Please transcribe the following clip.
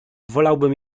wolałbym